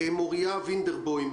יש לנו על זה מחר דיון מיוחד.